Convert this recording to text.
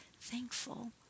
thankful